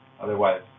Otherwise